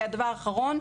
והדבר האחרון,